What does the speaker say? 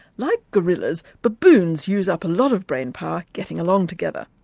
like gorillas, baboons use up a lot of brain power getting along together.